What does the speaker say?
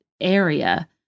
area